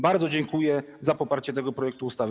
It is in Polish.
Bardzo dziękuję za poparcie tego projektu ustawy.